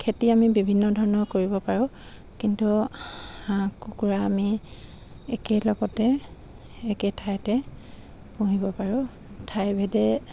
খেতি আমি বিভিন্ন ধৰণৰ কৰিব পাৰোঁ কিন্তু হাঁহ কুকুৰা আমি একে লগতে একে ঠাইতে পুহিব পাৰোঁ ঠাইভেদে